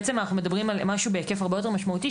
בעצם אנחנו מדברים על משהו בהיקף הרבה יותר משמעותי,